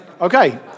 okay